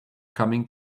coming